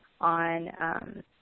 on